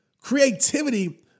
Creativity